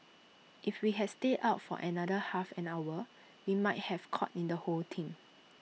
if we had stayed out for another half an hour we might have caught in the whole thing